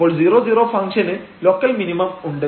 അപ്പോൾ 00 ഫംഗ്ഷന് local minimum ഉണ്ട്